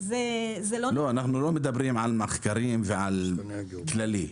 אנחנו לא מדברים על מחקרים ובאופן כללי,